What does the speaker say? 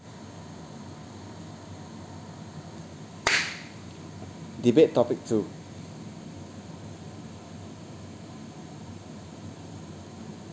debate topic two